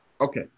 Okay